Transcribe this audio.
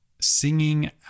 singing